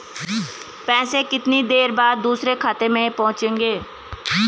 पैसे कितनी देर बाद दूसरे खाते में पहुंचेंगे?